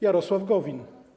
Jarosław Gowin.